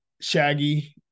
shaggy